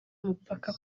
umupaka